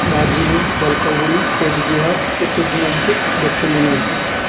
Darjeeling Jalpaiguri Cooch Behar Uttar Dinajpur Dakshin Dinajpur